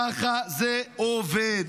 ככה זה עובד.